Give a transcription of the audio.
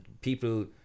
people